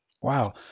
Wow